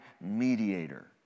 mediator